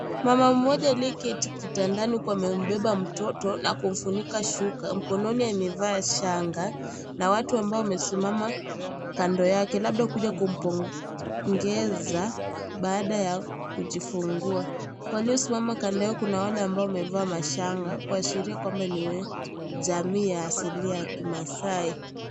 Mama mmoja aliyeketi kitandani kwa kumbeba mtoto na kumfunika shuka, mkononi amevaa shanga na watu ambao wamesimama kando yake labda kuja kumpongeza baada ya kujifungua. Waliosimama kando yao kuna wale ambao wamevaa mashanga kuashiria kwamba na wa jamii ya asilia ya kimaasai.